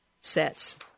sets